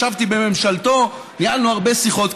ישבתי בממשלתו, ניהלנו הרבה שיחות.